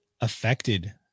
affected